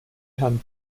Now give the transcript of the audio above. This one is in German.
herrn